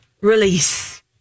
release